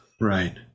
right